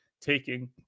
taking